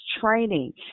training